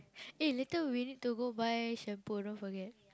eh later we need to go buy shampoo don't forget